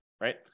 right